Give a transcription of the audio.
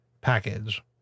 package